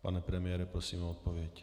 Pane premiére, prosím o odpověď.